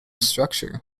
structure